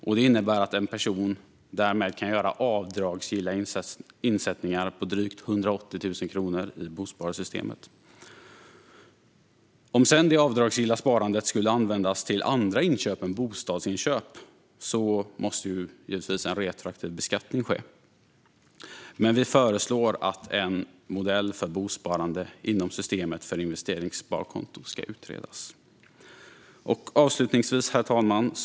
En person skulle därmed kunna göra avdragsgilla insättningar på drygt 180 000 kr i bosparsystemet. Skulle det avdragsgilla sparandet sedan användas till andra inköp än bostadsköp måste en retroaktiv beskattning ske. Vi föreslår alltså att en modell för bosparande inom systemet för investeringssparkonto utreds. Herr talman!